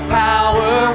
power